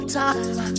time